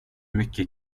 mycket